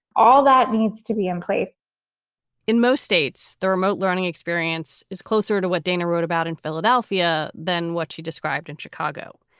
all that needs to be in place in most states, the remote learning experience is closer to what dana wrote about in philadelphia than what she described in chicago.